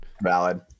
Valid